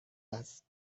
است